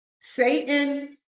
Satan